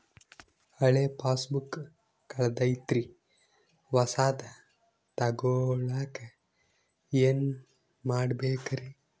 ಹಳೆ ಪಾಸ್ಬುಕ್ ಕಲ್ದೈತ್ರಿ ಹೊಸದ ತಗೊಳಕ್ ಏನ್ ಮಾಡ್ಬೇಕರಿ?